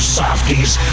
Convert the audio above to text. softies